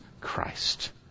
Christ